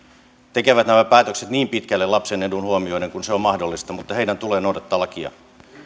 tekevät nämä päätökset niin pitkälle lapsen etu huomioiden kuin se on mahdollista mutta heidän tulee noudattaa lakia